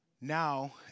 Now